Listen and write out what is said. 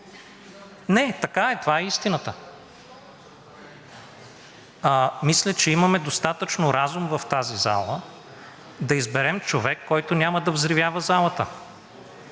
Не. Така е. Това е истината. Мисля, че имаме достатъчно разум в тази зала да изберем човек, който няма да взривява залата.